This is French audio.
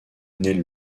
naît